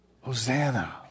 Hosanna